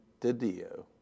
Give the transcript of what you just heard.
DiDio